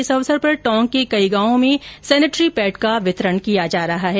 इस अवसर पर टोंक के कई गांवों में सेनेट्री पेड का वितरण किया जा रहा हैं